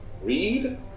read